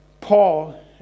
Paul